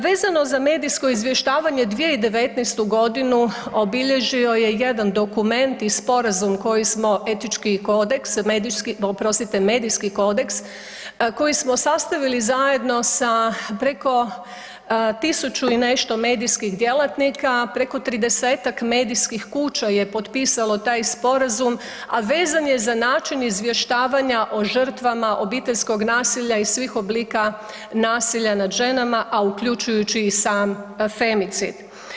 Vezano za medijsko izvještavanje 2019.g. obilježio je jedan dokument i sporazum koji smo etički kodeks, medijski, oprostite, medijski kodeks koji smo sastavili zajedno sa preko 1000 i nešto medijskih djelatnika, preko 30-tak medijskih kuća je potpisalo taj sporazum, a vezan je za način izvještavanja o žrtvama obiteljskog nasilja i svih oblika nasilja nad ženama, a uključujući i sam femicid.